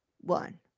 one